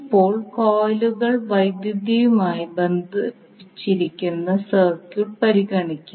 ഇപ്പോൾ കോയിലുകൾ വൈദ്യുതമായി ബന്ധിപ്പിച്ചിരിക്കുന്ന സർക്യൂട്ട് പരിഗണിക്കാം